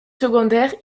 secondaires